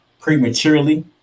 prematurely